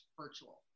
virtual